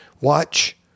Watch